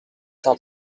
saint